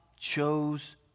chose